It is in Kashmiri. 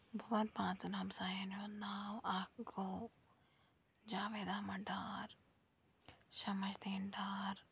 بہٕ وَنہٕ پانٛژَن ہَمسایَن ہُنٛد ناو اَکھ گوٚو جاوید احمد ڈار شمس الدیٖن ڈار